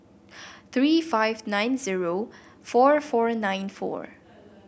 three five nine zero four four nine four